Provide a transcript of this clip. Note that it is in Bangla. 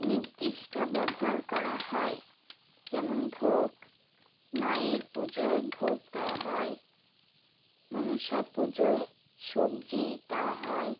নির্দিষ্ট ব্যবহার করা হয় যেমন ভোগ মায়ের পুজোয় ভোগ দেওয়া হয় মনসা পুজোয় সবজি দেওয়া হয়